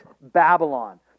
Babylon